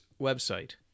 website